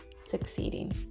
succeeding